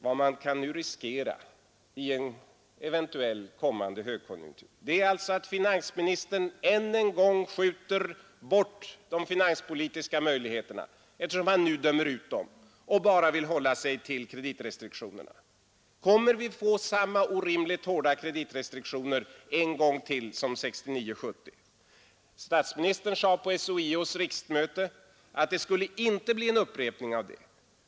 Vad vi kan riskera i en eventuellt kommande högkonjunktur är, att finansministern ännu en gång skjuter bort de finanspolitiska möjligheterna eftersom han nu dömer ut dem och bara vill hålla sig till kreditrestriktionerna. Kommer vi att få samma orimligt hårda kreditrestriktioner en gång till som åren 1969—1970? Statsministern sade på SHIO:s riksmöte att det inte skulle bli en upprepning av detta.